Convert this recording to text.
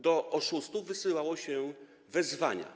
Do oszustów wysyłało się wezwania.